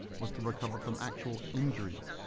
was to recover from actual injuries,